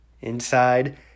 Inside